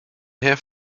have